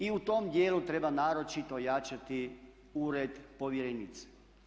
I u tom dijelu treba naročito jačati ured povjerenice.